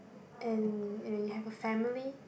and when you have a family